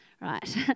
Right